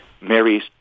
Mary's